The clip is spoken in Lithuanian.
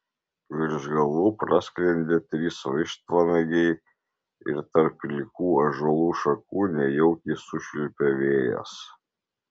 virš galvų prasklendė trys vištvanagiai ir tarp plikų ąžuolų šakų nejaukiai sušvilpė vėjas